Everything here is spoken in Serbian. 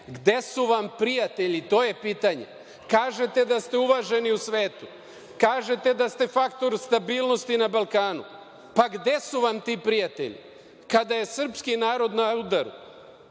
bi. Gde su vam prijatelji, to je pitanje? Kažete da ste uvaženi u svetu, kažete da ste faktor stabilnosti na Balkanu. Pa gde su vam ti prijatelji? Kada je srpski narod na udaru,